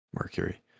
mercury